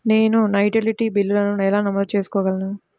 నేను నా యుటిలిటీ బిల్లులను ఎలా నమోదు చేసుకోగలను?